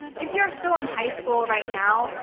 if you're still in high school right now,